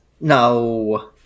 No